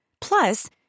Plus